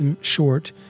short